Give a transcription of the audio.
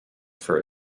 for